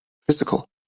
physical